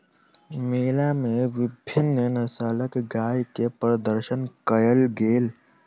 मेला मे विभिन्न नस्लक गाय के प्रदर्शन कयल गेल